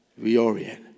reorient